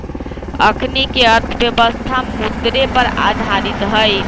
अखनीके अर्थव्यवस्था मुद्रे पर आधारित हइ